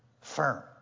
firm